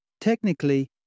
Technically